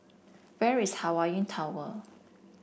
where is Hawaii Tower